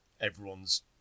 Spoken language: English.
everyone's